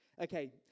Okay